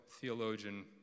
theologian